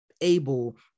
able